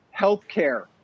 healthcare